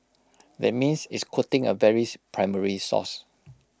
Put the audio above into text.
that means it's quoting A very primary source